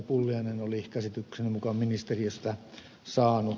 pulliainen oli käsitykseni mukaan ministeriöstä saanut